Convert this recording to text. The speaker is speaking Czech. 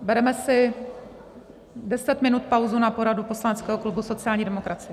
Bereme si 10 minut pauzu na poradu poslaneckého klubu sociální demokracie.